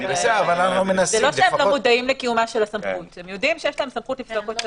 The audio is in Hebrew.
הם יודעים שיש להם סמכות.